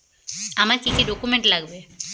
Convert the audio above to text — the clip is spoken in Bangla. আমার কি কি ডকুমেন্ট লাগবে?